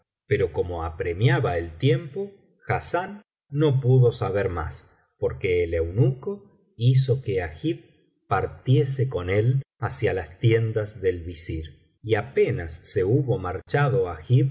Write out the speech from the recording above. pero como apremiaba el tiempo hassán no pudo saber más porque el eunuco hizo que agib partiese con él hacia las tiendas del visir y apenas se hubo marchado